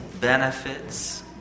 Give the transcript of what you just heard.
benefits